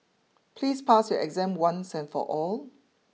please pass your exam once and for all